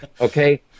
okay